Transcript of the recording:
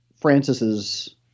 Francis's